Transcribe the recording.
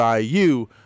IU